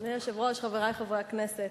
אדוני היושב-ראש, חברי חברי הכנסת,